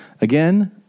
Again